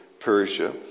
Persia